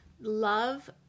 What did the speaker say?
love